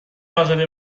ازاده